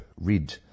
read